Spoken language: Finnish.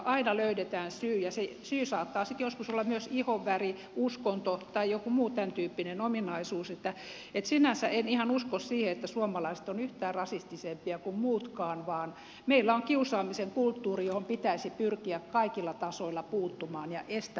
aina löydetään syy ja se syy saattaa sitten joskus olla myös ihonväri uskonto tai joku muu tämäntyyppinen ominaisuus niin että sinänsä en ihan usko siihen että suomalaiset ovat yhtään rasistisempia kuin muutkaan vaan meillä on kiusaamisen kulttuuri johon pitäisi pyrkiä kaikilla tasoilla puuttumaan ja estämään se